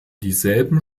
dieselben